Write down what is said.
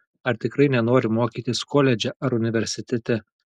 ar tikrai nenori mokytis koledže ar universitete